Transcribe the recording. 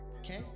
okay